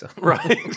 Right